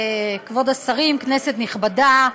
כבוד השרים, כנסת נכבדה,